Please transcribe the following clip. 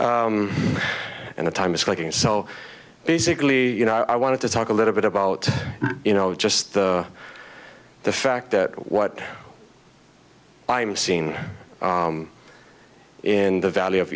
and the time it's like and so basically you know i wanted to talk a little bit about you know just the fact that what i'm seeing in the valley of